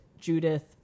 Judith